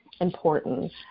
important